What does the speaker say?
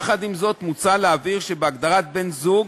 יחד עם זאת, מוצע להבהיר שבהגדרת בן-זוג